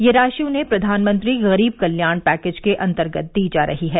यह राशि उन्हें प्रधानमंत्री गरीब कल्याण पैकेज के अन्तर्गत दी जा रही है